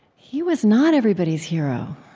he was not everybody's hero.